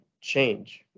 change